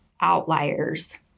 outliers